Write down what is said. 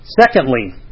Secondly